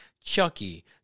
Chucky